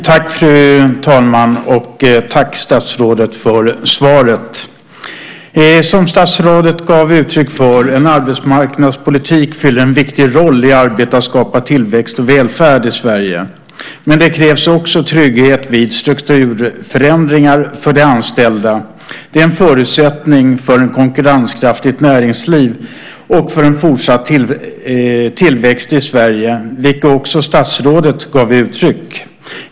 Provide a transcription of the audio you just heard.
Fru talman! Tack, statsrådet för svaret! Som statsrådet gav uttryck för fyller arbetsmarknadspolitiken en viktig roll i arbetet med att skapa tillväxt och välfärd i Sverige, men det krävs också trygghet vid strukturförändringar för de anställda. Det är en förutsättning för ett konkurrenskraftigt näringsliv och för en fortsatt tillväxt i Sverige, vilket också statsrådet gav uttryck för.